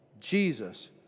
Jesus